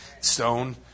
stone